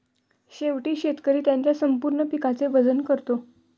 शेवटी शेतकरी त्याच्या संपूर्ण पिकाचे वजन करतो